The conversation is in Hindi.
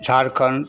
झारखंड